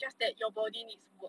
just that your body needs work